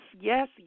yes